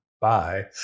bye